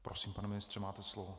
Prosím, pane ministře, máte slovo.